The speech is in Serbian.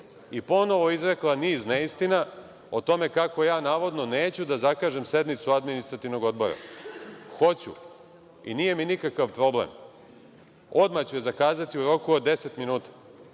i ponovo izrekla niz neistina o tome kako ja navodno neću da zakažem sednicu Administrativnog odbora. Hoću i nije mi nikakav problem. Odmah ću je zakazati u roku od 10 minuta,